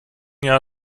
jahr